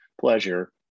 pleasure